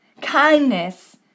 kindness